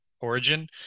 origin